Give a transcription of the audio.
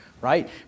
Right